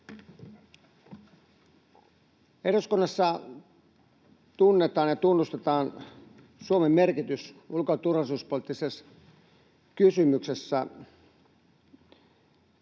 Eduskunnassa tunnetaan ja tunnustetaan Suomen merkitys ulko- ja turvallisuuspoliittisissa kysymyksissä